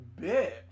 bitch